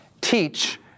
teach